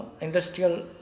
industrial